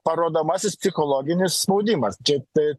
parodomasis psichologinis spaudimas čia taip